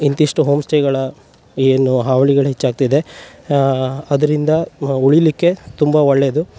ಇಂತಿಷ್ಟು ಹೋಮ್ ಸ್ಟೇಗಳ ಏನು ಹಾವ್ಳಿಗಳ ಹೆಚ್ಚಾಗ್ತಿದೆ ಅದರಿಂದ ಉಳಿಲಿಕ್ಕೆ ತುಂಬಾ ಒಳ್ಳೆಯದು